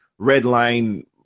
redline